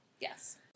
Yes